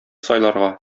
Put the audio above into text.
сайларга